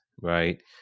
Right